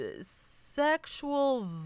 sexual